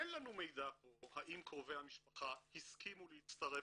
אין לנו מידע פה האם קרובי המשפחה הסכימו להצטרף